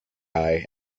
eye